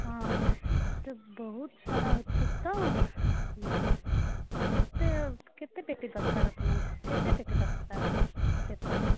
ହଁ ବହୁତ ସାରା ଅଛି ତ କେତେ କେତେ ପେଟି ଦରକାର ଆପଣଙ୍କୁ କେତେ ପେଟି ଦରକାର ପେପର୍